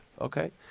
okay